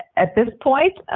at this point,